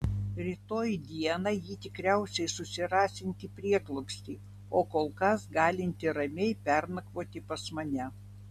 rytoj dieną ji tikriausiai susirasianti prieglobstį o kol kas galinti ramiai pernakvoti pas mane